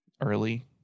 early